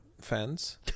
fans